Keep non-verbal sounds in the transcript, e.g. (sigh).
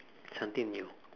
(noise) something new